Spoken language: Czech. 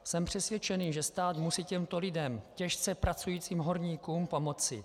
Jsem přesvědčený, že stát musí těmto lidem, těžce pracujícím horníkům, pomoci.